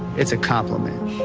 it's a compliment.